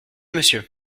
monsieur